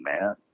man